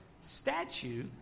statue